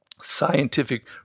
scientific